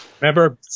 Remember